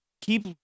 keep